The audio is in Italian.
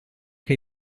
che